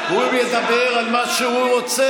הוא ידבר על מה שהוא רוצה,